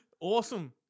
Awesome